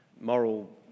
moral